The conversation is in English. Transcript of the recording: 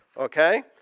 Okay